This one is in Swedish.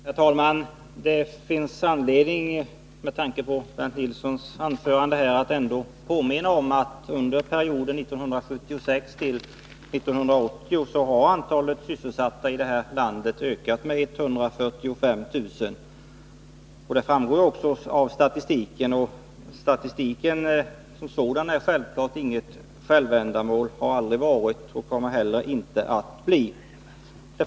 Herr talman! Det finns, med tanke på Bernt Nilssons anförande, anledning att påminna om att antalet sysselsatta i detta land under perioden 1976-1980 har ökat med 145 000. Det framgår av statistiken, och statistiken är självfallet inget självändamål. Det har den aldrig varit, och det kommer den heller inte att bli.